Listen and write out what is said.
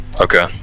okay